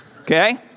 okay